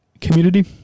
community